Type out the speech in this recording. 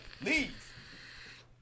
Leave